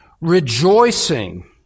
rejoicing